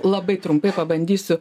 labai trumpai pabandysiu